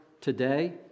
today